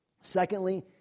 Secondly